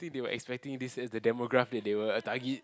think they were expecting this as the demograph that they will target